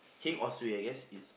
heng or suay I guess it's